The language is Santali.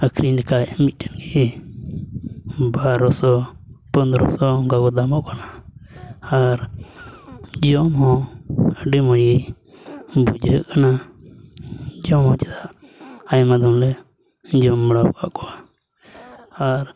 ᱟᱹᱠᱷᱟᱨᱤᱧ ᱞᱮᱠᱷᱟᱡ ᱢᱚᱫᱴᱮᱱ ᱜᱮ ᱵᱟᱨᱳᱥᱚ ᱯᱚᱱᱨᱚᱥᱚ ᱚᱱᱠᱟ ᱠᱚ ᱫᱟᱢᱚᱜ ᱠᱟᱱᱟ ᱟᱨ ᱡᱚᱢ ᱦᱚᱸ ᱟᱹᱰᱤ ᱵᱷᱟᱹᱜᱤ ᱵᱩᱡᱷᱟᱹᱜ ᱠᱟᱱᱟ ᱡᱚᱢ ᱦᱚᱸ ᱪᱮᱫᱟᱜ ᱟᱭᱢᱟ ᱫᱷᱟᱢᱞᱮ ᱡᱚᱢ ᱵᱟᱲᱟ ᱟᱠᱟᱫ ᱠᱚᱣᱟ ᱟᱨ